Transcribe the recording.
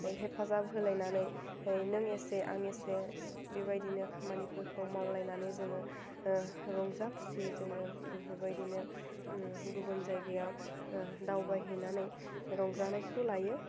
हेफाजाब होलायनानै नों इसे आं इसे बेबायदिनो खामानिफोरखौ मावलायनानै जोङो रंजा खुसि जोङो बेफोरबायदिनो गुबुन जायगायाव दावबायहैनानै रंजानायखौ लायो